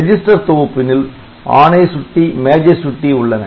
register தொகுப்பினுள் ஆணை சுட்டி மேஜை சுட்டி உள்ளன